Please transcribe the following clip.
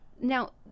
now